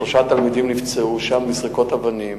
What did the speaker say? ושלושה תלמידים נפצעו שם מזריקת אבנים.